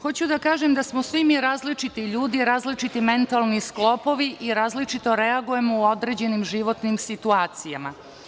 Hoću da kažem da smo svi mi različiti ljudi, različiti mentalni sklopovi i različito reagujemo u određenim životnim situacijama.